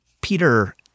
Peter